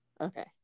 okay